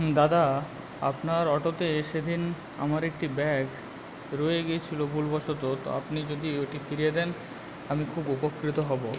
দাদা আপনার অটোতে সেদিন আমার একটি ব্যাগ রয়ে গেছিল ভুলবশত তো আপনি যদি ওইটি ফিরিয়ে দেন আমি খুব উপকৃত হব